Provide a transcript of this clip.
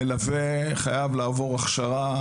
מלווה חייב לעבור הכשרה,